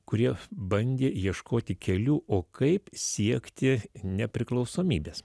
kurie bandė ieškoti kelių o kaip siekti nepriklausomybės